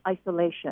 isolation